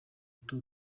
duto